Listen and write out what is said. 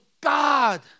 God